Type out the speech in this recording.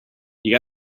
you